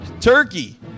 turkey